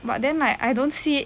but then like I don't see it